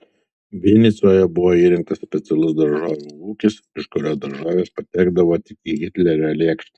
vinicoje buvo įrengtas specialus daržovių ūkis iš kurio daržovės patekdavo tik į hitlerio lėkštę